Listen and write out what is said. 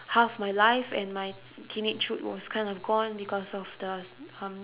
half my life and my teenagehood was kind of gone because of the um